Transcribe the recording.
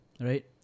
right